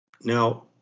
Now